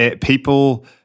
People